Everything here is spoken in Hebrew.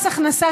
מס הכנסה,